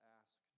ask